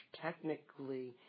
technically